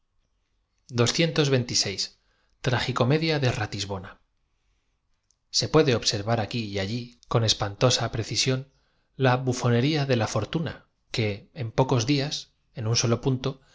ertcome ia d t rathbúna se puede observar aquí y a llí con espantosa preci sión la bufonería de la fortuna que en pocos días en nn solo punto